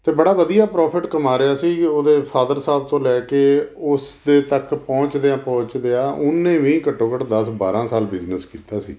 ਅਤੇ ਬੜਾ ਵਧੀਆ ਪ੍ਰੋਫਿਟ ਕਮਾ ਰਿਹਾ ਸੀ ਕਿ ਉਹਦੇ ਫਾਦਰ ਸਾਹਿਬ ਤੋਂ ਲੈ ਕੇ ਉਸ ਦੇ ਤੱਕ ਪਹੁੰਚਦਿਆਂ ਪਹੁੰਚਦਿਆਂ ਉਹਨੇ ਵੀ ਘੱਟੋ ਘੱਟ ਦਸ ਬਾਰ੍ਹਾਂ ਸਾਲ ਬਿਜਨਸ ਕੀਤਾ ਸੀ